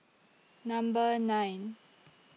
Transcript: Number nine